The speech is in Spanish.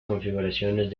configuraciones